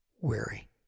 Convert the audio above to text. weary